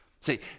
See